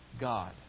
God